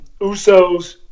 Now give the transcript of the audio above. Usos